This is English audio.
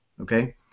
okay